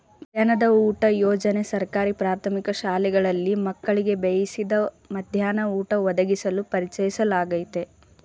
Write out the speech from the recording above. ಮಧ್ಯಾಹ್ನದ ಊಟ ಯೋಜನೆ ಸರ್ಕಾರಿ ಪ್ರಾಥಮಿಕ ಶಾಲೆಗಳಲ್ಲಿ ಮಕ್ಕಳಿಗೆ ಬೇಯಿಸಿದ ಮಧ್ಯಾಹ್ನ ಊಟ ಒದಗಿಸಲು ಪರಿಚಯಿಸ್ಲಾಗಯ್ತೆ